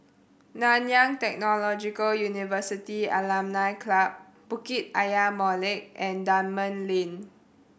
Nanyang Technological University Alumni Club Bukit Ayer Molek and Dunman Lane